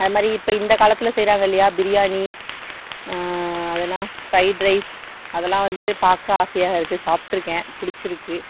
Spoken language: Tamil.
அது மாதிரி இப்போ இந்த காலத்தில் செய்யறாங்கள்லயா பிரியாணி அது என்ன ஃப்ரைட் ரைஸ் அதலான் வந்து பார்க்க ஆசையாக இருக்கு சாப்பிட்ருக்கேன் பிடிச்சி இருக்கு